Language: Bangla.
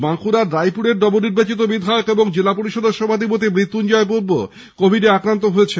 বাঁকুড়ার রাইপুরের নব নির্বাচিত বিধায়ক এবং জেলা পরিষদের সভাধিপতি মৃত্যুঞ্জয় মুর্মু কোভিডে আক্রান্ত হয়েছেন